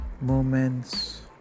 moments